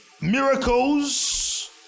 miracles